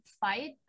fight